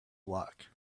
luck